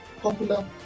popular